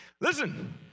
Listen